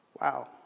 Wow